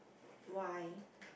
why